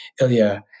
Ilya